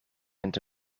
into